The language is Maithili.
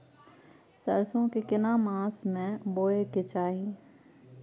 सरसो के केना मास में बोय के चाही?